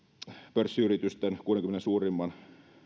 pörssiyritysten kuudenkymmenen suurimman